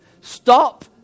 Stop